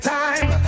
time